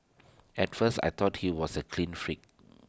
at first I thought he was A clean freak